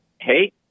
hey